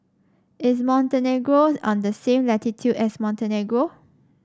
is Montenegro on the same latitude as Montenegro